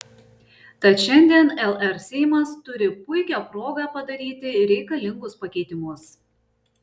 tad šiandien lr seimas turi puikią progą padaryti reikalingus pakeitimus